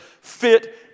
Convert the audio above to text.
fit